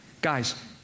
guys